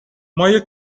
مایه